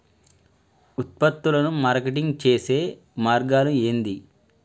ఉత్పత్తులను మార్కెటింగ్ చేసే మార్గాలు ఏంది?